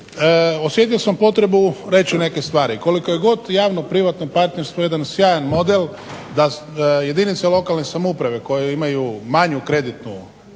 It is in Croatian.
osjetio sam potrebu reći neke druge stvari, koliko je god javno privatno partnerstvo jedan sjajan model da jedinice lokalne samouprave koje imaju manju kreditnu